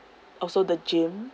also the gym